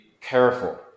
careful